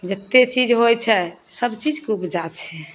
जते चीज होइ छै सभचीजके उपजा छै